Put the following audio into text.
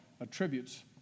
attributes